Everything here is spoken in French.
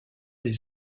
des